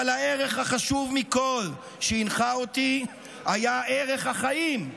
אבל הערך החשוב מכול שהנחה אותי היה ערך החיים.